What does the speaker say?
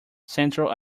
central